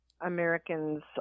American's